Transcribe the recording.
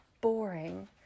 boring